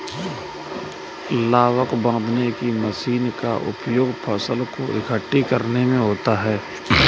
लावक बांधने की मशीन का उपयोग फसल को एकठी करने में होता है